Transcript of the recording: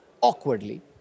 awkwardly